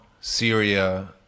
Syria